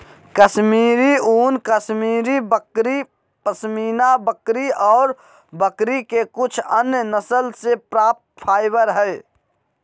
कश्मीरी ऊन, कश्मीरी बकरी, पश्मीना बकरी ऑर बकरी के कुछ अन्य नस्ल से प्राप्त फाइबर हई